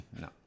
no